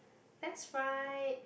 that's right